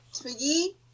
Twiggy